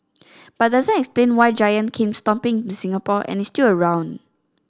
but doesn't explain why Giant came stomping into Singapore and is still around